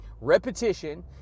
repetition